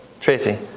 Tracy